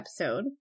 episode